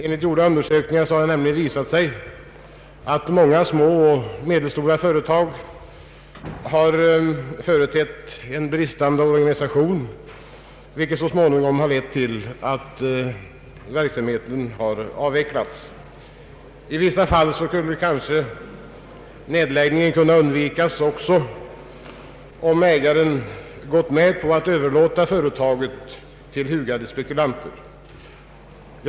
Enligt gjorda undersökningar har det nämligen visat sig att många små och medelstora företag har haft en bristande organisation, vilket så småningom har lett till att verksamheten har avvecklats. I vissa fall hade nedläggningen kanske kunnat undvikas, om ägaren hade gått med på att överlåta företaget till hugade spekulanter.